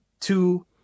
two